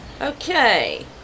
Okay